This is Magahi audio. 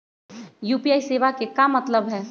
यू.पी.आई सेवा के का मतलब है?